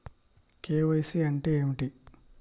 KYC అంటే ఏమిటి?